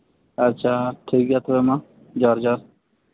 ᱟᱪᱪᱷᱟ ᱴᱷᱤᱠ ᱜᱮᱭᱟ ᱛᱚᱵᱮ ᱢᱟ ᱡᱚᱦᱟᱨ ᱡᱚᱦᱟᱨ